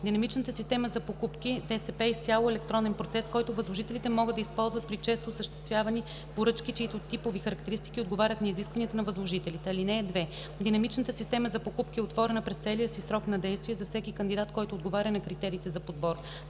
Динамичната система за покупки (ДСП) е изцяло електронен процес, който възложителите могат да използват при често осъществявани поръчки, чиито типови характеристики отговарят на изискванията на възложителите. (2) Динамичната система за покупки е отворена през целия си срок на действие за всеки кандидат, който отговаря на критериите за подбор.